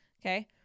okay